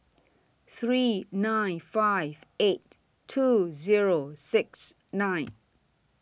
three nine five eight two Zero six nine